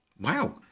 Wow